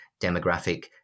demographic